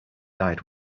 died